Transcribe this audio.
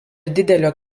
didelio